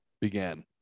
began